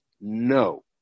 No